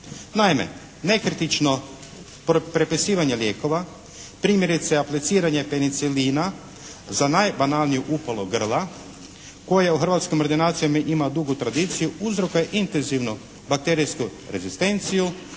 Naime, nekritično prepisivanje lijekova, primjerice apliciranje penicilina za najbanalniju upalu grla koje u hrvatskim ordinacijama ima dugu tradiciju, uzroka je intenzivno bakterijsku rezistenciju,